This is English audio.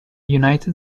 united